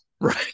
Right